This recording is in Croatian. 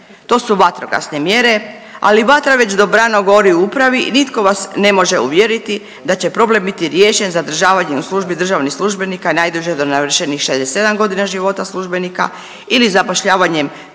To su vatrogasne mjere, ali vatra već dobrano gori u upravi i nitko vas ne može uvjeriti da će problem biti riješen zadržavanjem u službi državnih službenika najduže do navršenih 67 godina života službenika ili zapošljavanjem